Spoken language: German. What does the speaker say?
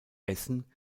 essen